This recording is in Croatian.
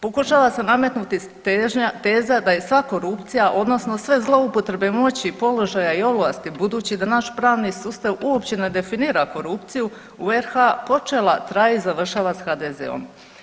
Pokušala se nametnuti teza da je sva korupcija odnosno sve zloupotrebe moći, položaja i ovlasti budući da naš pravni sustav uopće ne definira korupciju u RH počela, traje i završava sa HDZ-om.